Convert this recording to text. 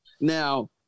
Now